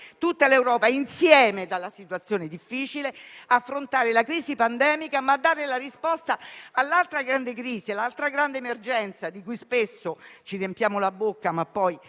tutta l'Europa da una situazione difficile, affrontando la crisi pandemica e dando risposta anche all'altra grande crisi e all'altra grande emergenza di cui spesso ci riempiamo la bocca, salvo